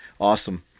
Awesome